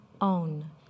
own